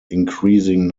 increasing